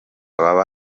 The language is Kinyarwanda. baba